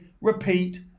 repeat